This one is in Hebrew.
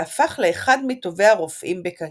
והפך לאחד מטובי הרופאים בקהיר.